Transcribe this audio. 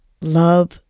love